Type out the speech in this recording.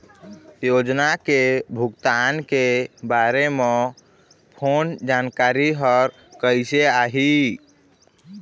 योजना के भुगतान के बारे मे फोन जानकारी हर कइसे आही?